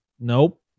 Nope